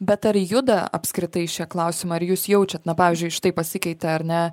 bet ar juda apskritai šie klausimai ar jūs jaučiat na pavyzdžiui štai pasikeitė ar ne